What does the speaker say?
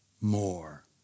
more